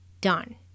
done